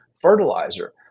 fertilizer